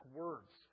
words